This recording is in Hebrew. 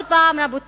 עוד פעם, רבותי,